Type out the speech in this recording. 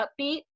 Upbeat